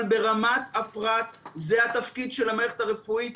אבל ברמת הפרט זה התפקיד של המערכת הרפואית.